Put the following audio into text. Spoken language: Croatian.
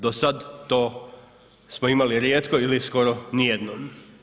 Do sad to smo imali rijetko ili skoro nijednom.